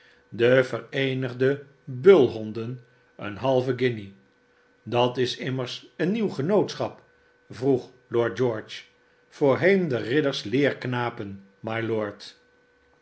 e devereenigde bulhonden een halve guinje dat is immers een nieuw genootschap vroeg lord george voorheenderidders leerknapen mylord